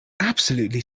absolutely